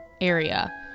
area